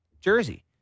jersey